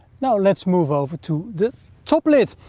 now let's move over to the top lid.